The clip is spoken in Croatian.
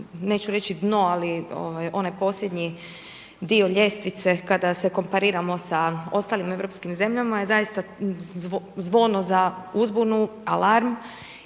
neću reći dno, ali onaj posljednji dio ljestvice kada se kompariramo sa ostalim europskim zemljama je zaista zvono za uzbunu, alarm.